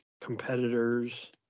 competitors